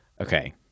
okay